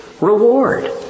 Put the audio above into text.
reward